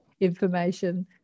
information